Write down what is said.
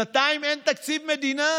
שנתיים אין תקציב מדינה